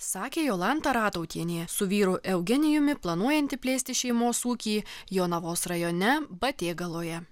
sakė jolanta ratautienė su vyru eugenijumi planuojanti plėsti šeimos ūkį jonavos rajone batėgaloje